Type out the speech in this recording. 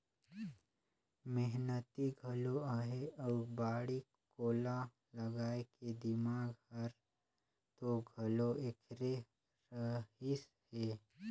मेहनती घलो अहे अउ बाड़ी कोला लगाए के दिमाक हर तो घलो ऐखरे रहिस हे